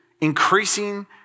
increasing